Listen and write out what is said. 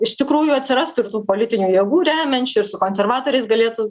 iš tikrųjų atsiras tų politinių jėgų remiančių ir su konservatoriais galėtų